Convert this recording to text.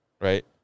Right